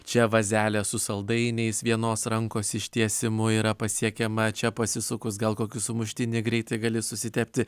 čia vazelės su saldainiais vienos rankos ištiesimu yra pasiekiama čia pasisukus gal kokį sumuštinį greitai gali susitepti